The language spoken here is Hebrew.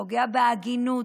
פוגע בהגינות,